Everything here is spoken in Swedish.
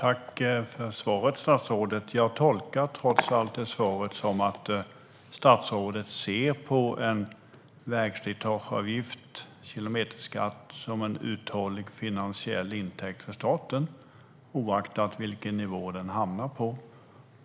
Herr talman! Tack, statsrådet, för svaret! Jag tolkar trots allt svaret som att statsrådet ser på en vägslitageavgift, kilometerskatt, som en uthållig finansiell intäkt för staten, oaktat vilken nivå den hamnar på.